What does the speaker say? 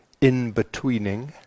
in-betweening